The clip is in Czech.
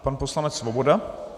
Pan poslanec Svoboda.